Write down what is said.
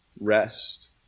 rest